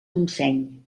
montseny